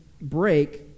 Break